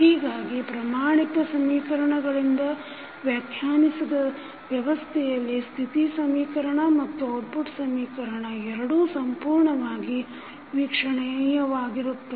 ಹೀಗಾಗಿ ಪ್ರಮಾಣಿತ ಸಮೀಕರಣಗಳಿಂದ ವ್ಯಾಖ್ಯಾನಿಸಿದ ವ್ಯವಸ್ಥೆಯಲ್ಲಿ ಸ್ಥಿತಿ ಸಮೀಕರಣ ಮತ್ತು ಔಟ್ಪುಟ್ ಸಮೀಕರಣ ಎರಡೂ ಸಂಪೂರ್ಣವಾಗಿ ವೀಕ್ಷಣಿಯವಾಗಿರುತ್ತವೆ